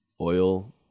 oil